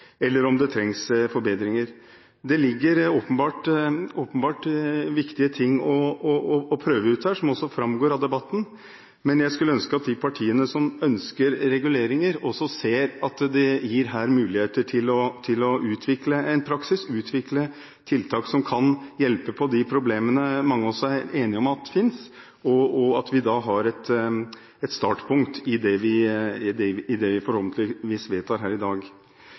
eller om det trengs forbedringer. Det ligger åpenbart viktige ting å prøve ut der, som det også framgår av debatten, men jeg skulle ønske at de partiene som ønsker reguleringer, også ser at dette gir muligheter til å utvikle en praksis, utvikle tiltak som kan hjelpe på de problemene mange av oss er enige om at finnes, og at vi da har et startpunkt i det vi forhåpentligvis vedtar her i dag.